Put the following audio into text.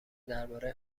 درباره